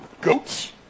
Goats